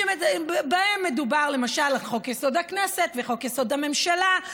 שבהם מדובר למשל על חוק-יסוד: הכנסת וחוק-יסוד: הממשלה,